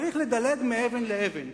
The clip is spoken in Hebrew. צריך לדלג מאבן לאבן,